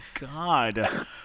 God